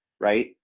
Right